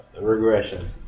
Regression